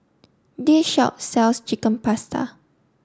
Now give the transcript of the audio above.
this shop sells Chicken Pasta